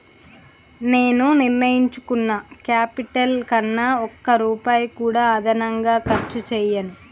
నేను నిర్ణయించుకున్న క్యాపిటల్ కన్నా ఒక్క రూపాయి కూడా అదనంగా ఖర్చు చేయను